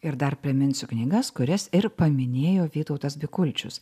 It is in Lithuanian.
ir dar priminsiu knygas kurias ir paminėjo vytautas bikulčius